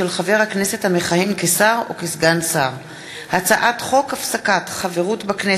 חבר הכנסת המכהן כשר או כסגן שר); הצעת חוק הפסקת חברות בכנסת